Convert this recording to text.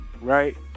right